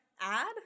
add